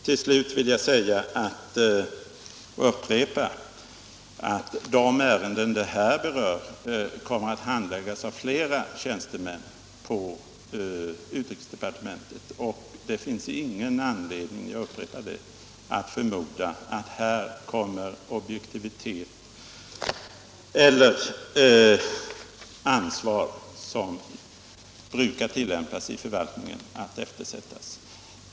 Till slut vill jag upprepa att de ärenden detta berör kommer att handläggas av flera tjänstemän på utrikesdepartementet, och det finns ingen anledning att förmoda att den objektivitet och det ansvar som brukar tillämpas i förvaltningen kommer att eftersättas här.